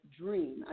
dream